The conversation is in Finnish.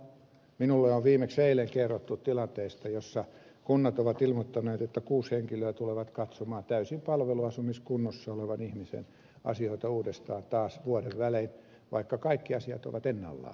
minulle on viimeksi eilen kerrottu tilanteesta jossa kunnat ovat ilmoittaneet että kuusi henkilöä tulee katsomaan täysin palveluasumiskunnossa olevan ihmisen asioita uudestaan taas vuoden välein vaikka kaikki asiat ovat ennallaan